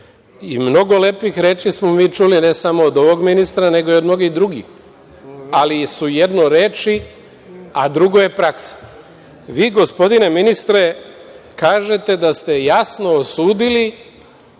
Mnogo lepih reči smo mi čuli ne samo od ovog ministra, nego i od mnogih drugih, ali su jedno reči, a drugo je praksa. Vi gospodine ministre kažete da ste jasno osudili